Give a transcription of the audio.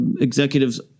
executives